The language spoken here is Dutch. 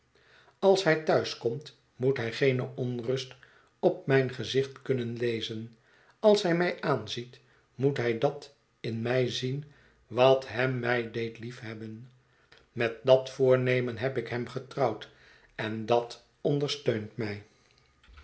als hij thuis komt moet hij geene onrust op mijn gezicht kunnen lezen als hij mij aanziet moet hij dat in mij zien wat hem mij deed liefhebben met dat voornemen heb ik hem getrouwd en dat ondersteunt mij